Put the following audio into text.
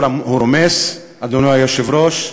הוא רומס, אדוני היושב-ראש,